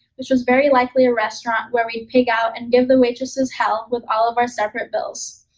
which was very likely a restaurant where we'd pig out and give the waitresses hell with all of our separate bills.